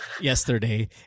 yesterday